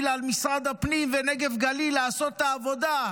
על משרד הפנים ונגב-גליל לעשות את העבודה,